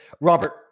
robert